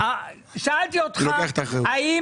המאבק שלו הוא לא מאבק סקטוריאלי,